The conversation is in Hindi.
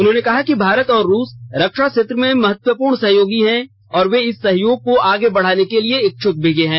उन्होंने कहा कि भारत और रूस रक्षा क्षेत्र में महत्वपूर्ण सहयोगी है और वे इस सहयोग को आगे बढ़ाने के इच्छ्क है